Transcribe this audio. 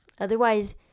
Otherwise